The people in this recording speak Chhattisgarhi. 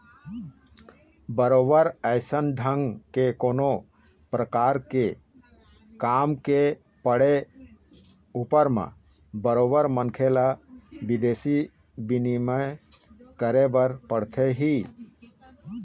बरोबर अइसन ढंग के कोनो परकार के काम के पड़े ऊपर म बरोबर मनखे ल बिदेशी बिनिमय करे बर परथे ही